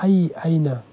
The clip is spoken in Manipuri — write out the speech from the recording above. ꯑꯩ ꯑꯩꯅ